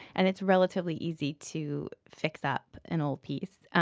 and it's relatively easy to fix up an old piece.